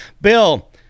bill